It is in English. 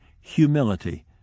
humility